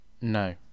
No